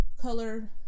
color